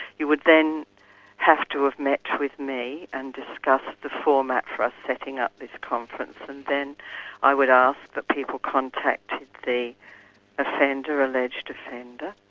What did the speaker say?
you would then have to have met with me and discussed the format for us setting up this conference, and then i would ask that people contact the offender, alleged offender,